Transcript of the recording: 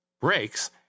breaks